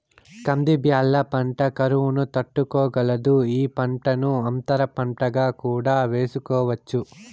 కంది బ్యాళ్ళ పంట కరువును తట్టుకోగలదు, ఈ పంటను అంతర పంటగా కూడా వేసుకోవచ్చు